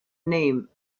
name